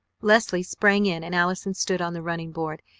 leslie sprang in and allison stood on the running-board.